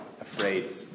afraid